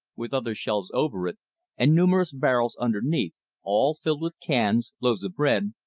with other shelves over it and numerous barrels underneath, all filled with cans, loaves of bread,